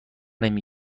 نمی